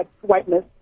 whiteness